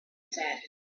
sand